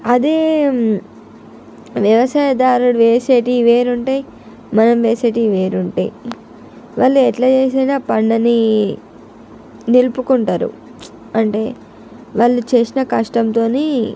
అదే వ్యవసాయదారుడు వేసేటివి వేరు ఉంటాయి మనం వేసేటివి వేరు ఉంటాయి వాళ్లు ఎట్లా చేసైనా పంటని నిలుపుకుంటారు అంటే వాళ్ళు చేసిన కష్టంతోని